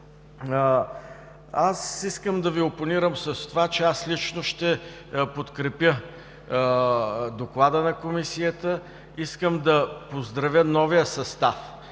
Искам да Ви опонирам с това, че лично ще подкрепя Доклада на Комисията. Искам да поздравя новия състав